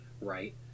Right